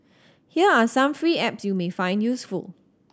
here are some free apps you may find useful